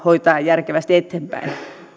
hoitaa järkevästi eteenpäin